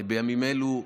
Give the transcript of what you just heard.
בימים אלה.